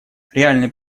реальный